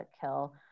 kill